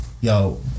Yo